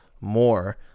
more